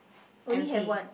empty